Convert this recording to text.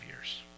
years